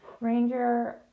Ranger